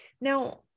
now